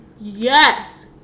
Yes